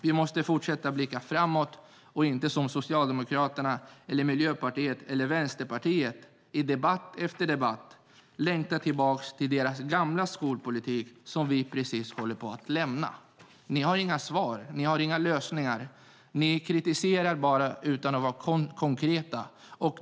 Vi måste fortsätta att blicka framåt och inte - som Socialdemokraterna, Miljöpartiet eller Vänsterpartiet i debatt efter debatt gör - längta tillbaka till den gamla skolpolitik som vi precis håller på att lämna. Ni har inga svar och inga lösningar. Ni bara kritiserar utan att vara konkreta.